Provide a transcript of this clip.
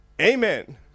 Amen